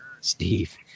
Steve